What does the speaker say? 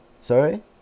Sorry